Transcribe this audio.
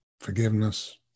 forgiveness